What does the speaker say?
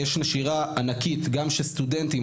יש נשירה ענקית גם של סטודנטים.